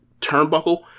turnbuckle